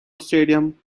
stadium